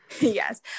Yes